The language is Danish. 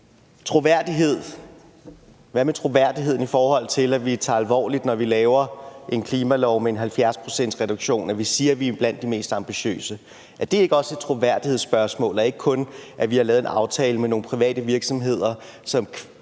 troværdighed: Hvad med troværdigheden i forhold til, at vi tager det alvorligt, når vi siger, at vi er blandt de mest ambitiøse, når vi laver en klimalov med en 70-procentsreduktion? Er det ikke også et troværdighedsspørgsmål og ikke kun, at vi har lavet en aftale med nogle private virksomheder,